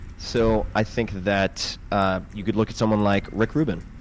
so i think that ah you could look at someone like rick ruben,